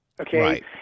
okay